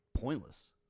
pointless